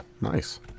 nice